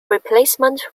replacement